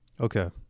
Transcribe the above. Okay